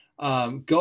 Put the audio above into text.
go